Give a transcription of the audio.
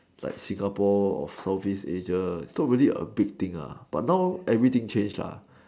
like Singapore or southeast Asia it's not really a big thing uh but now everything change lah